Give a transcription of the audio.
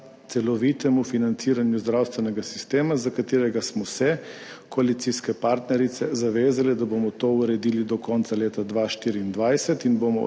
celovitemu financiranju zdravstvenega sistema, za katerega smo se koalicijske partnerice zavezale, da bomo to uredili do konca leta 2024, in bomo